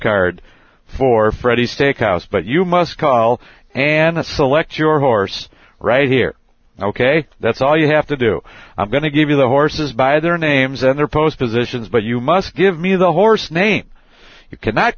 card for freddie steakhouse but you must call an a select your horse right here ok that's all you have to do i'm going to give you the horses by their names and their post positions but you must give me the horse name you cannot